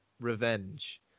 revenge